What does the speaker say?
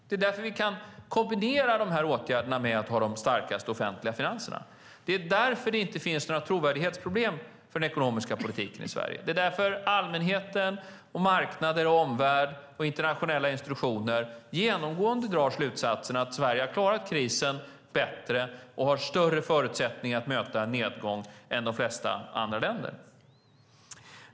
Därför kan vi kombinera dessa åtgärder med att ha de starkaste offentliga finanserna. Därför finns det inga trovärdighetsproblem för den ekonomiska politiken i Sverige. Det är därför allmänhet, marknader, omvärld och internationella institutioner genomgående drar slutsatsen att Sverige har klarat krisen bättre och har större förutsättningar att möta en nedgång än de flesta andra länder.